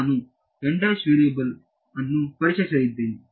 ನಾನು ವೇರಿಯಬಲ್ ಅನ್ನು ಪರಿಚಯಿಸಿದೆನೆ